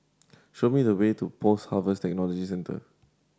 show me the way to Post Harvest Technology Centre